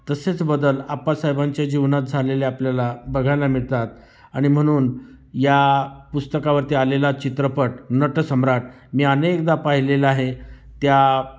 तसेच बदल आप्पासाहेबांच्या जीवनात झालेले आपल्याला बघायला मिळतात आणि म्हणून या पुस्तकावरती आलेला चित्रपट नटसम्राट मी अनेकदा पाहिलेला आहे त्या